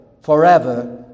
forever